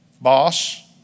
boss